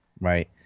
Right